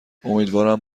امیدوارم